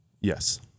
Yes